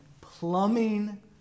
plumbing